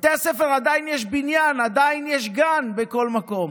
בבתי הספר עדיין יש בניין, עדיין יש גן בכל מקום.